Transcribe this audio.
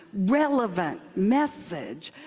relevant message,